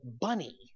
bunny